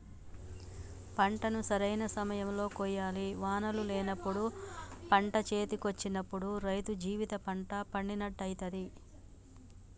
పంటను సరైన సమయం లో కోయాలి వానలు లేనప్పుడు పంట చేతికొచ్చినప్పుడు రైతు జీవిత పంట పండినట్టయితది